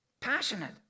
Passionate